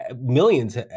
millions